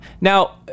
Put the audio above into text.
Now